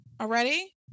already